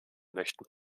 möchten